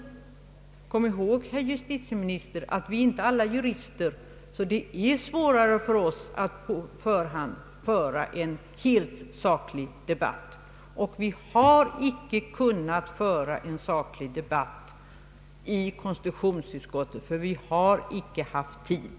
Kom ihåg, herr justitieminister, att vi är inte alla jurister. Det är svårare för oss att på förhand föra en helt saklig debatt. Och vi har inte kunnat föra en saklig debatt i konstitutionsutskottet, eftersom vi icke haft tid.